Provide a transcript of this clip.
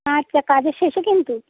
আচ্ছা কাজের শেষে কিন্তু